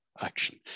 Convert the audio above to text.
action